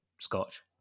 Scotch